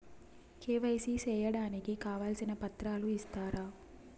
KYC సేయడానికి కావాల్సిన పత్రాలు ఇస్తారా?